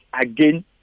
again